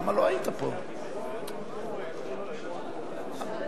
חוק החשמל (תיקון מס' 4),